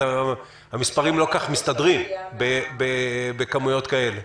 המספרים לא כל כך מסתדרים בכמויות כאלה.